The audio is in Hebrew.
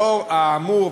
לאור האמור,